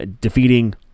defeating